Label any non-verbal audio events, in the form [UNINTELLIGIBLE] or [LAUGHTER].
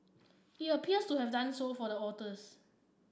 it appears to have done so for the [UNINTELLIGIBLE]